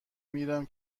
میرم